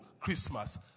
Christmas